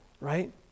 right